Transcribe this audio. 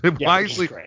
wisely